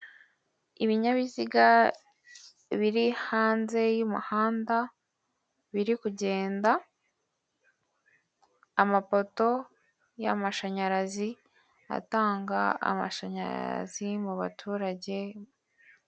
Ibinyabiziga biri hanze y'umuhanda, biri kugenda amapoto y'amashanyarazi atanga amashanyarazi mu baturage.